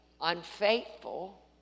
unfaithful